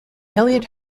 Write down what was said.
eliot